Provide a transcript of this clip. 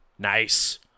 Nice